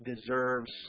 deserves